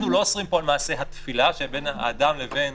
אנחנו לא אוסרים פה על מעשה התפילה שבין אדם לבין